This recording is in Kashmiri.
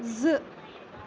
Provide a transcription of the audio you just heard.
زٕ